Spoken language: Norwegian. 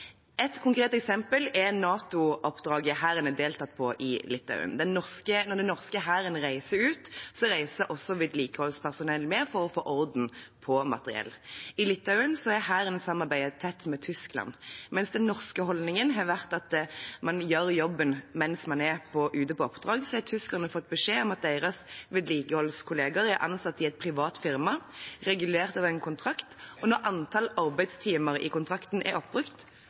Et konkret eksempel er NATO-oppdraget Hæren har deltatt på i Litauen. Når den norske hæren reiser ut, reiser vedlikeholdspersonell med for å få orden på materiell. I Litauen har Hæren samarbeidet tett med Tyskland. Mens den norske holdningen har vært at man gjør jobben mens man er ute på oppdrag, har tyskerne fått beskjed om at deres vedlikeholdskolleger er ansatt i et privat firma, regulert av en kontrakt. Når antall arbeidstimer i kontrakten er oppbrukt,